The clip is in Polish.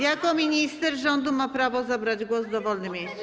Jako minister rządu ma prawo zabrać głos w dowolnym miejscu.